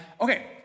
Okay